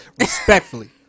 respectfully